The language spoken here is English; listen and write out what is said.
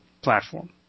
platform